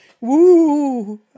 Woo